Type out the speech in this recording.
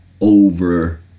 over